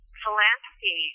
philanthropy